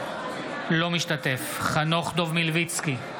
אינו משתתף בהצבעה חנוך דב מלביצקי,